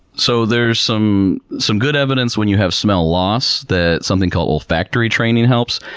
so, there's some, some good evidence when you have smell loss that something called olfactory training helps.